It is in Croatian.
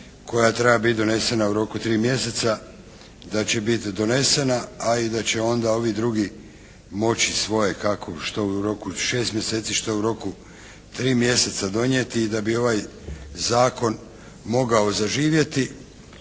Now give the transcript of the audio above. koja treba biti donesena u roku 3 mjeseca da će biti donesena a i da će onda ovi drugi moći svoje kako što u roku od 6 mjeseci, što u roku 3 mjeseca donijeti i da bi ovaj zakon mogao zaživjeti